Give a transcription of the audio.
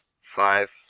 five